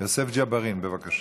יוסף ג'בארין, בבקשה.